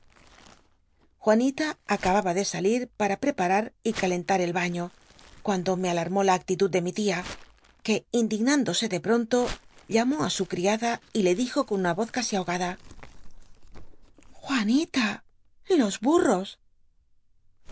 juanila acababa de salil para prcpamr y calenlar el baño cuando me alarmó la artitud de mi tia que indignándose de pronto llamó i su criada y le dijo con una voz casi ahogada j uanita los